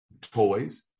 toys